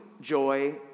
joy